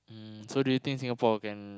mm so do you think Singapore can